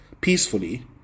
peacefully